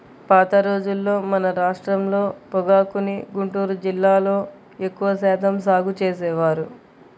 పాత రోజుల్లో మన రాష్ట్రంలో పొగాకుని గుంటూరు జిల్లాలో ఎక్కువ శాతం సాగు చేసేవారు